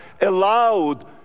allowed